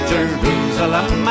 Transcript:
Jerusalem